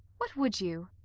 what would you?